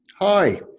Hi